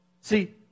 See